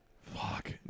Fuck